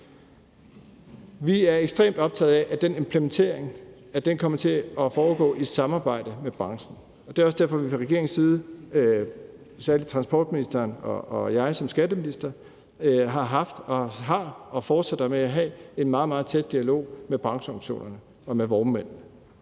Vi er ekstremt optaget af, at den implementering kommer til at foregå i samarbejde med branchen. Det er også derfor, at vi fra regeringens side, særlig transportministeren og jeg som skatteminister, har haft, har og fortsætter med at have en meget, meget tæt med dialog med brancheorganisationerne og med vognmændene.